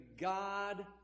God